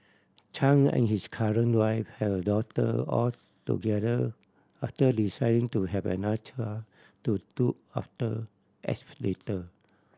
Chan and his current wife have a daughter all together after deciding to have another child to look after X later